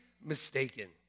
mistaken